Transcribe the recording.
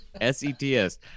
S-E-T-S